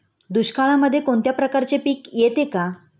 दुष्काळामध्ये कोणत्या प्रकारचे पीक येते का?